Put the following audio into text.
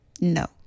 No